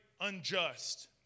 unjust